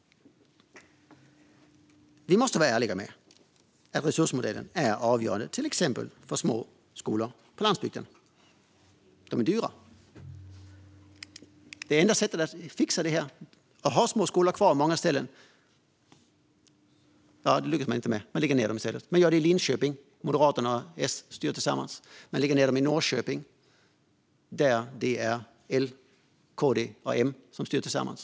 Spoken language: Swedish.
Vi måste vara ärliga med att resursmodellen är avgörande, till exempel för små skolor på landsbygden. De är dyra. Det enda sättet att fixa det här, att ha små skolor kvar på många ställen, det lyckas man inte med. Man lägger ned dem i stället. Man gör det i Linköping där Moderaterna och Socialdemokraterna styr tillsammans. Man lägger ned dem i Norrköping där det är L, KD och M som styr tillsammans.